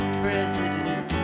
president